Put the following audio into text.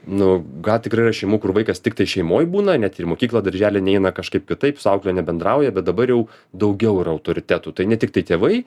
nu gal tikrai yra šeimų kur vaikas tiktai šeimoj būna net ir į mokyklą darželį neina kažkaip kitaip su aukle nebendrauja bet dabar jau daugiau yra autoritetų tai ne tiktai tėvai